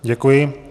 Děkuji.